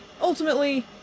ultimately